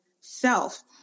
self